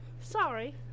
Sorry